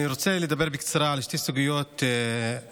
אני רוצה לדבר בקצרה על שתי סוגיות בנגב.